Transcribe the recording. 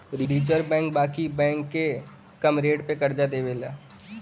reserve bank बाकी bank के कम रेट पे करजा देवेला